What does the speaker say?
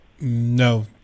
No